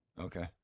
Okay